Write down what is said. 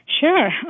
Sure